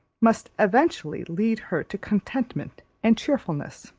must eventually lead her to contentment and cheerfulness.